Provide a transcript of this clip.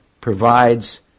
provides